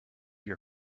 your